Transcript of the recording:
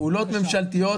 פעולות ממשלתיות